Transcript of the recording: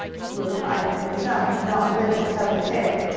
he replied, and some have not lived to tell the tale!